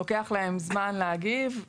לוקח להם זמן להגיב.